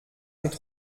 mit